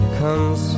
comes